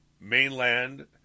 mainland